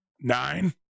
Nine